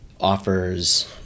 offers